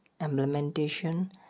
implementation